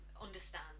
understand